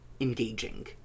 engaging